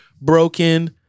broken